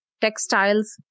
textiles